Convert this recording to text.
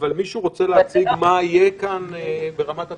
מישהו רוצה להציג מה יהיה כאן ברמת התוכנית?